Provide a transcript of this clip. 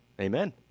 Amen